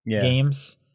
games